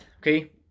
okay